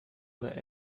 oder